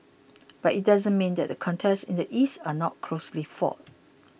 but it doesn't mean that the contests in the East are not closely fought